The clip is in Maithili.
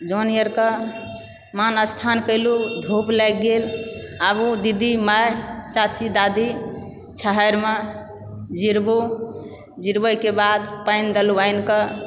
जन आरकऽ मान स्थान केलुँ धूप लागि गेल आबु दीदी माय चाची दादी छाहरिमऽ जिरबु जिरबैके बाद पानि देलुँ आनिके